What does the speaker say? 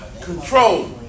control